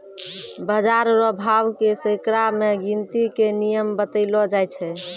बाजार रो भाव के सैकड़ा मे गिनती के नियम बतैलो जाय छै